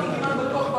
אני כמעט בטוח,